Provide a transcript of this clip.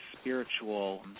spiritual